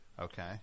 okay